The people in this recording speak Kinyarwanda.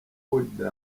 wilde